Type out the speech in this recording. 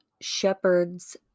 shepherds